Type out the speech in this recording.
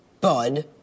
bud